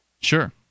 Sure